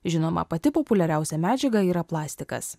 žinoma pati populiariausia medžiaga yra plastikas